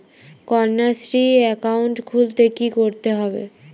Kanyashree account খুলতে কী করতে হবে?